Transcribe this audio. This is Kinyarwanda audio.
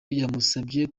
yamusabye